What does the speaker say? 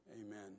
Amen